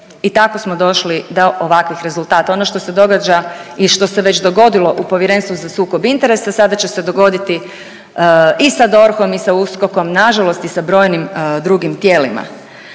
i tako smo došli do ovakvih rezultata ono što se događa i što se već dogodilo u Povjerenstvu za sukob interesa, sada će se dogoditi i sa DORH-om i sa USKOK-om, nažalost i sa brojnim drugim tijelima.